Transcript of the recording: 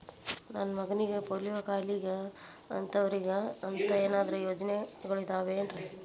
ನನ್ನ ಮಗನಿಗ ಪೋಲಿಯೋ ಕಾಲಿದೆ ಅಂತವರಿಗ ಅಂತ ಏನಾದರೂ ಯೋಜನೆಗಳಿದಾವೇನ್ರಿ?